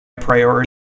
priority